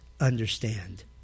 understand